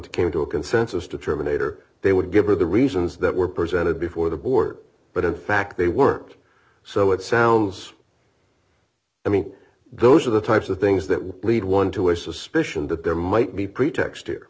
to came to a consensus to terminate or they would give her the reasons that were presented before the board but of fact they worked so it sounds i mean those are the types of things that would lead one to a suspicion that there might be pretext